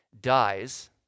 Dies